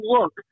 look